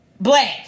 black